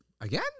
Again